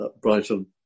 Brighton